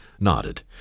nodded